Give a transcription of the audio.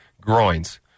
groins